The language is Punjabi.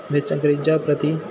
ਵਿੱਚ ਅੰਗਰੇਜ਼ਾਂ ਪ੍ਰਤੀ